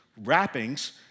Wrappings